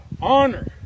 Honor